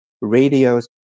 radios